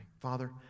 Father